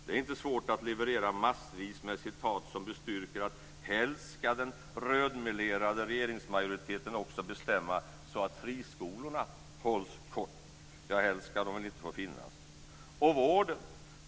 Det är inte svårt att leverera massvis med citat som bestyrker att helst ska den rödmelerade regeringsmajoriteten också bestämma så att friskolorna hålls kort. Ja, helst ska de väl inte få finnas. Sedan har vi vården.